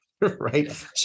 right